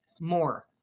more